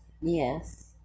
Yes